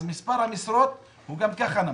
מספר המשרות הוא גם ככה נמוך.